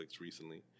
recently